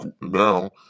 now